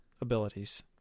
abilities